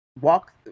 walk